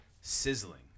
Sizzling